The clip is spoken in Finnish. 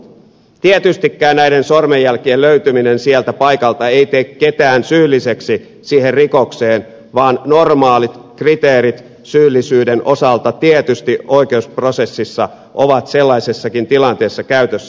tietystikään näiden sormenjälkien löytyminen sieltä paikalta ei tee ketään syylliseksi siihen rikokseen vaan normaalit kriteerit syyllisyyden osalta tietysti oikeusprosessissa ovat sellaisessakin tilanteessa käytössä